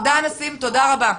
המסר עבר.